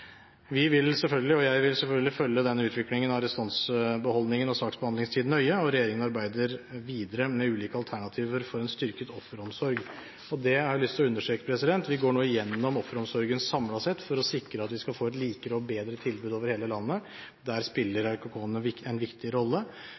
Jeg vil selvfølgelig følge utviklingen av restansebeholdningen og saksbehandlingstiden nøye, og regjeringen arbeider videre med ulike alternativer for en styrket offeromsorg. Det har jeg lyst til å understreke. Vi går nå igjennom offeromsorgen samlet sett for å sikre at vi skal få et mer likt og bedre tilbud over hele landet. Der spiller RKK-ene en viktig rolle.